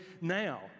now